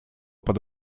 под